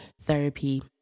therapy